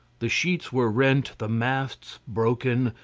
the sheets were rent, the masts broken,